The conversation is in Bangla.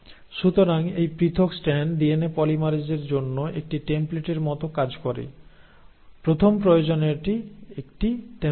সুতরাং এই পৃথক স্ট্র্যান্ড ডিএনএ পলিমারেজের জন্য একটি টেমপ্লেটের মতো কাজ করে প্রথম প্রয়োজনীয়তাটি একটি টেম্পলেট